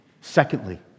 secondly